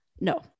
No